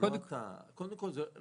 קודם כול,